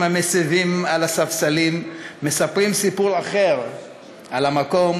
המסבים על הספסלים / מספרים סיפור אחר על המקום,